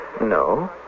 No